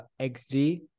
XG